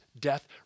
death